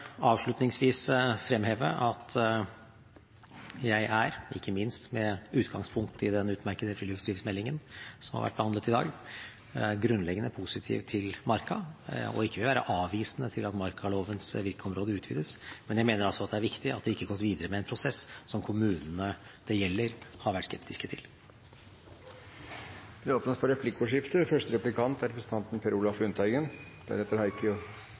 avslutningsvis fremheve at jeg er – ikke minst med utgangspunkt i den utmerkede friluftslivsmeldingen som har vært behandlet i dag – grunnleggende positiv til marka, og vil ikke være avvisende til at markalovens virkeområde utvides, men jeg mener altså at det er viktig at det ikke gås videre med en prosess som kommunene det gjelder, har vært skeptiske til. Det blir replikkordskifte. En sentral paragraf i markaloven er